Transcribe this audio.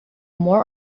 more